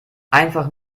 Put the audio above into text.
einfach